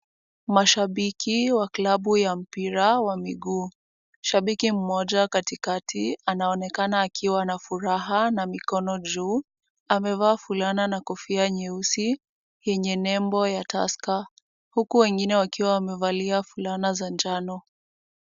Mashabiki wa klabu ya mpira wa miguu. Shabiki mmoja katikati, anaonekana akiwa na furaha na mikono juu. Amevaa fulana na kofia nyeusi, yenye nembo ya Tusker, huku wengine wakiwa wamevalia fulana za njano.